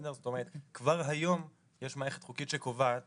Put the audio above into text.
כבר היום יש מערכת חוקית שקובעת